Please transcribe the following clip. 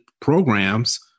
Programs